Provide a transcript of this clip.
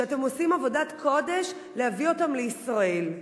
שאתם עושים עבודת קודש להביא אותם לישראל,